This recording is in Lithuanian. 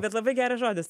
bet labai geras žodis